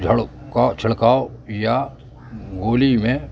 جھڑکاؤ چھڑکاؤ یا گولی میں